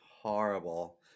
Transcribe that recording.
horrible